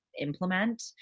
implement